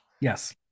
Yes